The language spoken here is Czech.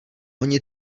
oni